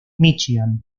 míchigan